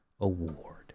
Award